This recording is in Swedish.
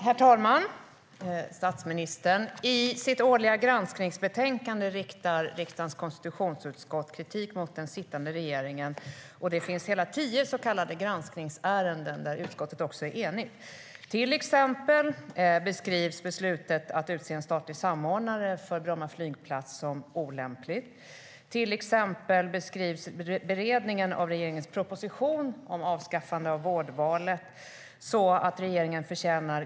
Herr talman, statsministern! I sitt årliga granskningsbetänkande riktar riksdagens konstitutionsutskott kritik mot den sittande regeringen. Det finns hela tio så kallade granskningsärenden med kritik där utskottet är enigt. Till exempel beskrivs beslutet att utse en statlig samordnare för Bromma flygplats som "olämpligt", beredningen av regeringens proposition om avskaffande av vårdvalet beskrivs så att "regeringen förtjänar .